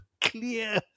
clear